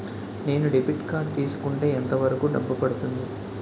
నేను debit card తీసుకుంటే ఎంత వరకు డబ్బు పడుతుంది?